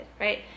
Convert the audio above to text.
right